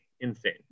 insane